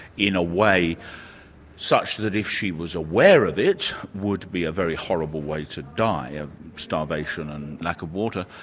in a way such that if she was aware of it, would be a very horrible way to die and starvation and lack of water.